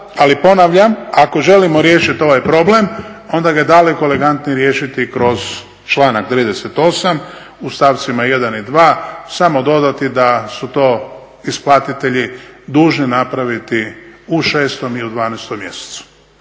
Ali ponavljam ako želimo riješiti ovaj problem onda ga je daleko elegantnije riješiti kroz članak 38. u stavcima 1. i 2. samo dodati da su to isplatitelji dužni napraviti u 6 i u 12 mjesecu.